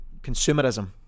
consumerism